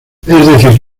decir